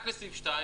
רק לסעיף 2,